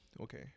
Okay